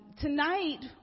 Tonight